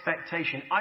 expectation